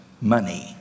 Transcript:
money